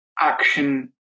action